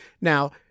Now